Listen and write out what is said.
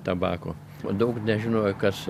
tabako daug nežinojo kas